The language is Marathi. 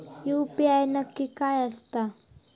यू.पी.आय नक्की काय आसता?